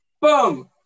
Boom